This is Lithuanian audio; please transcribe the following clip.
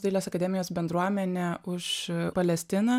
dailės akademijos bendruomenė už palestiną